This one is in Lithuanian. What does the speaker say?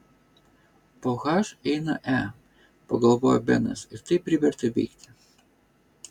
po h eina e pagalvojo benas ir tai privertė veikti